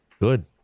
good